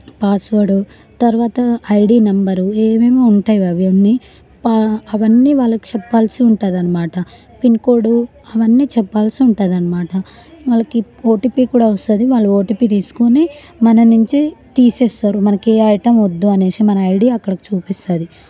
password తర్వాత ID number ఏమేమో ఉంటావి అవన్నీ పాఅవన్నీ వ వాళ్ళకి చెప్పాల్సి ఉంటుంది అనమాట పిన్కోడు అవన్నీ చెప్పాల్సి ఉంటుంది అనమాట వాళ్ళకి ఓటీపీ కూడా వస్తుంది వాళ్ళు ఓటిపి తీసుకొని మన నుంచి తీసేస్తారు మనకి ఏ ఐటమ్ వొద్దో అనేసి మన ఐడి అక్కడ చూపిస్తుంది